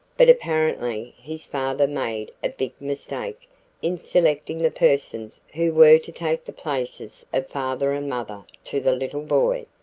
but apparently his father made a big mistake in selecting the persons who were to take the places of father and mother to the little boy.